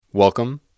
Welcome